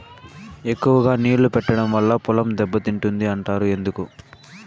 ఎక్కువగా నీళ్లు పెట్టడం వల్ల పొలం దెబ్బతింటుంది అంటారు ఎందుకు?